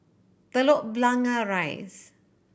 Telok Blangah Rise